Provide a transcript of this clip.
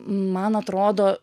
man atrodo